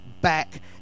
back